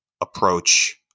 approach